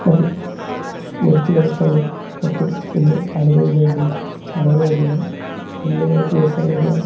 മ മുറിച്ച് കടക്കാനും മറ്റും ഇന്ന് ആളുകളുടെ ഇടയിൽ വളരെയധികം ട്രെൻഡി ആയിട്ടുള്ളൊരു സംഗതിയാണ്